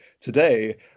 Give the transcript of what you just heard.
today